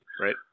Right